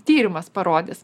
tyrimas parodys